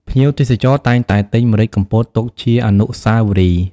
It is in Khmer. ភ្ញៀវទេសចរណ៍តែងតែទិញម្រេចកំពតទុកជាអនុស្សាវរីយ៍។